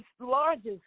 largest